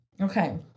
Okay